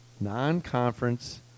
Non-conference